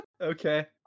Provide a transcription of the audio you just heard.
okay